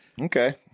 Okay